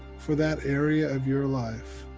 for that area of your life,